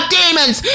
demons